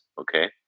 okay